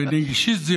נגישיסט.